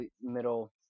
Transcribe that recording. middle